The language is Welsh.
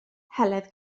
heledd